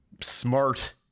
smart